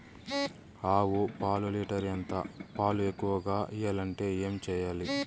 ఆవు పాలు లీటర్ ఎంత? పాలు ఎక్కువగా ఇయ్యాలంటే ఏం చేయాలి?